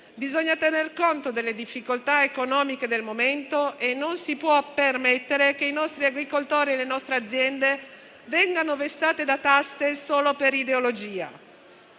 Bisogna tener conto delle difficoltà economiche del momento e non si può permettere che i nostri agricoltori e le nostre aziende vengano vessate da tasse solo per ideologia.